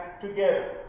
together